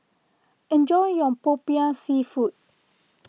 enjoy your Popiah Seafood